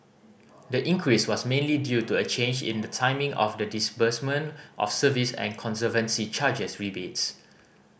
the increase was mainly due to a change in the timing of the disbursement of service and conservancy charges rebates